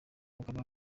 bukaba